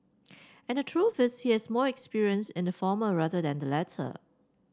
and the truth is he has more experience in the former rather than the latter